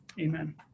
Amen